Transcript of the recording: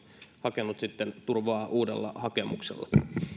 hakenut sitten turvaa uudella hakemuksella